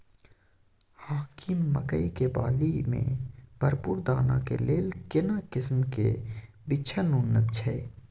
हाकीम मकई के बाली में भरपूर दाना के लेल केना किस्म के बिछन उन्नत छैय?